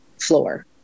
floor